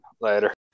Later